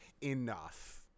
enough